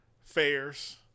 fairs